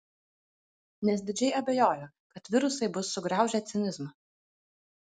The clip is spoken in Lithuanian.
nes didžiai abejoju kad virusai bus sugraužę cinizmą